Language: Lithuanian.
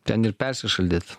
ten ir persišaldėt